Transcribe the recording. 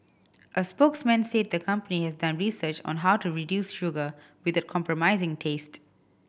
a spokesman said the company has done research on how to reduce sugar without compromising taste